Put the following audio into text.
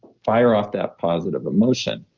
fire off that positive emotion.